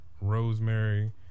Rosemary